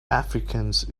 afrikaans